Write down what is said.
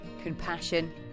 compassion